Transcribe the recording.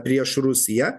prieš rusiją